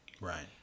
Right